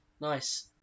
Nice